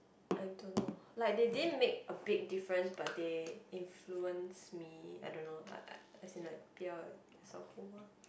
I don't know like they didn't make a big difference but they influence me I don't know a~ as in like as a whole lah